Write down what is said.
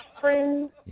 friends